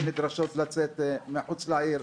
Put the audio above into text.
נדרשות לצאת מחוץ לעיר,